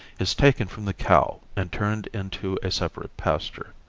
is taken from the cow and turned into a separate pasture.